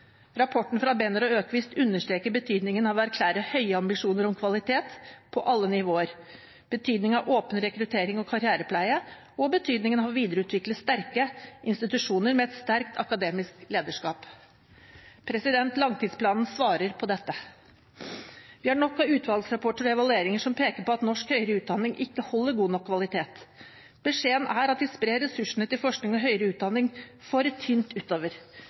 Rapporten fra Benner og Öquist understreker betydningen av å erklære høye ambisjoner om kvalitet på alle nivåer, betydningen av åpen rekruttering og karrierepleie og betydningen av å videreutvikle sterke institusjoner med et sterkt akademisk lederskap. Langtidsplanen svarer på dette. Vi har nok av utvalgsrapporter og evalueringer som peker på at norsk høyere utdanning ikke holder god nok kvalitet. Beskjeden er at vi sprer ressursene til forskning og høyere utdanning for tynt utover.